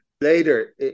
later